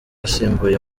asimbuye